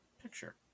picture